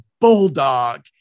bulldog